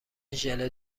ژله